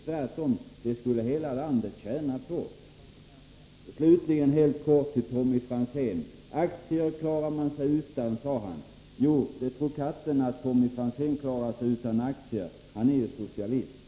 Tvärtom skulle hela landet tjäna på det. Slutligen helt kort till Tommy Franzén: Aktier klarar man sig utan, sade han. Ja, det tror katten att Tommy Franzén klarar sig utan aktier. Han är ju socialist.